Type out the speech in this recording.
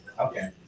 Okay